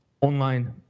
online